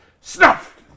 snuffed